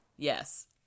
Yes